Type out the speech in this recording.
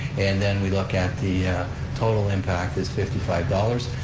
and then we look at the total impact is fifty five dollars,